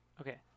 Okay